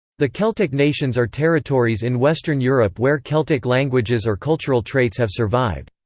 the celtic nations are territories in western europe where celtic languages or cultural traits have survived.